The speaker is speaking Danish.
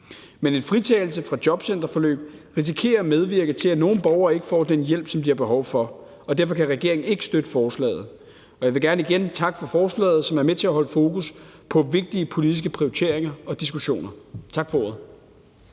Men en fritagelse fra jobcenterforløb risikerer at medvirke til, at nogle borgere ikke får den hjælp, som de har behov for, og derfor kan regeringen ikke støtte forslaget. Jeg vil gerne igen takke for forslaget, som er med til at holde fokus på vigtige politiske prioriteringer og diskussioner. Tak for ordet.